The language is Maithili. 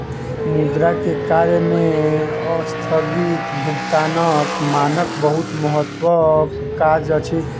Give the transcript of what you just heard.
मुद्रा के कार्य में अस्थगित भुगतानक मानक बहुत महत्वक काज अछि